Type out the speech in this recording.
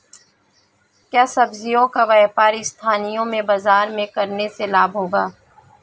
क्या सब्ज़ियों का व्यापार स्थानीय बाज़ारों में करने से लाभ होगा?